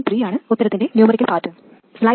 3 അണ് ഉത്തരത്തിന്റെ numerical part